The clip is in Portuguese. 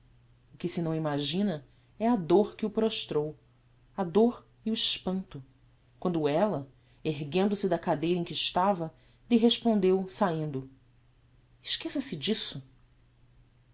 que se não imagina é a dor que o prostrou a dor e o espanto quando ella erguendo-se da cadeira em que estava lhe respondeu saindo esqueça-se disso